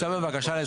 לא.